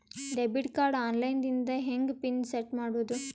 Debit card online ದಿಂದ ಹೆಂಗ್ pin set ಮಾಡೋದು?